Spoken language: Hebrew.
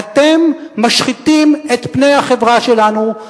אתם משחיתים את פני החברה שלנו.